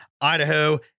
Idaho